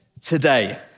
today